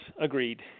agreed